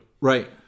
Right